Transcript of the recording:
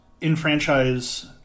enfranchise